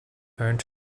earned